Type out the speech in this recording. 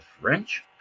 french